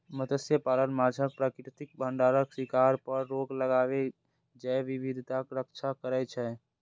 मत्स्यपालन माछक प्राकृतिक भंडारक शिकार पर रोक लगाके जैव विविधताक रक्षा करै छै